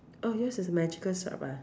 oh yours is a magical shop ah